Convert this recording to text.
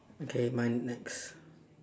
okay mine next